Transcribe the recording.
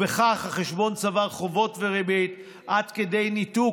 כך החשבון צבר חובות וריבית עד כדי ניתוק,